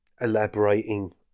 elaborating